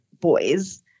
boys